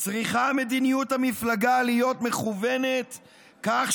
"צריכה מדיניות המפלגה להיות מכוונת כך